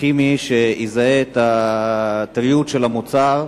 כימי שיזהה את הטריות של המוצר.